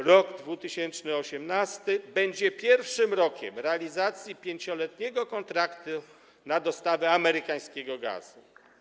Rok 2018 będzie pierwszym rokiem realizacji 5-letniego kontraktu na dostawę amerykańskiego gazu.